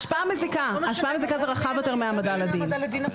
השפעה מזיקה זה רחב יותר מהעמדה לדין.